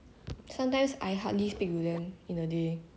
like when I'm sad right then I also like 不会跟他们讲